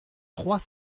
trois